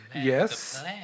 Yes